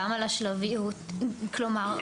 כלומר,